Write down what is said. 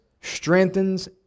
strengthens